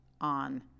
on